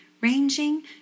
ranging